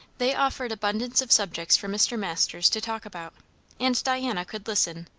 they offered abundance of subjects for mr. masters to talk about and diana could listen,